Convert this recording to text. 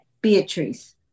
Beatrice